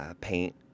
paint